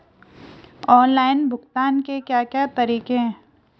Online भुगतान के क्या क्या तरीके हैं?